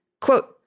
Quote